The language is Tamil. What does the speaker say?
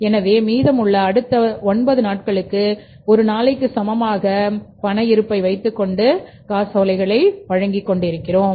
எனவே மீதமுள்ளதை அடுத்த 9 நாட்களுக்கு 1 நாளுக்கு சமமாக பண இருப்பை வைத்துக்கொண்டு காசோலைகளை வழங்குகிறோம்